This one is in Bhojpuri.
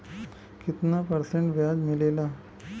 कितना परसेंट ब्याज मिलेला?